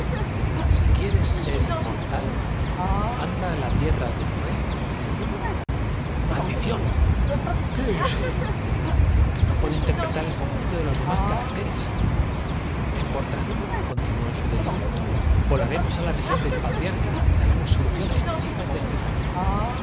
si quieres ser inmortal anda á la tierra de noé y maldición qué es ello que no puedo interpretar el sentido de los demás caracteres no importacontinuó en su delirio vo laremos á la región del patriarca y daremos solución á este enigma indescifrable